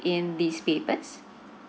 in these papers